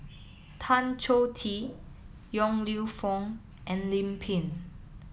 Tan Choh Tee Yong Lew Foong and Lim Pin